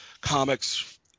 comics